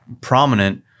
prominent